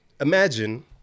imagine